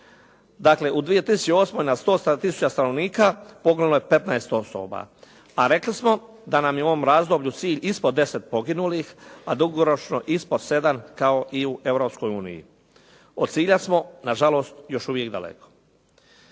Dakle, u 2008. na …/Govornik se ne razumije./… poginulo je 15 osoba a rekli smo da nam je u ovom razdoblju cilj ispod 10 poginulih, a dugoročno ispod 7 kao i u Europskoj uniji. Od cilja smo nažalost još uvijek daleko.